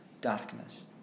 darkness